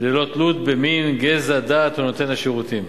ללא תלות במין, גזע, דת או נותן השירותים.